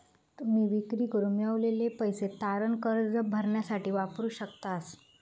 तुम्ही विक्री करून मिळवलेले पैसे तारण कर्ज भरण्यासाठी वापरू शकतास